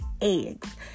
eggs